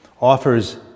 offers